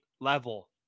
level